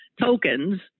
tokens